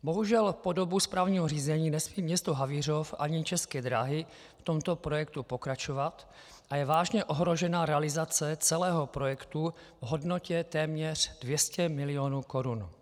Bohužel po dobu správního řízení nesmí město Havířov ani České dráhy v tomto projektu pokračovat a je vážně ohrožena realizace celého projektu v hodnotě téměř 200 milionů korun.